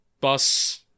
bus